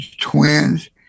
twins